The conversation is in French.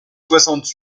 soixante